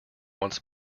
once